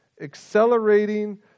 accelerating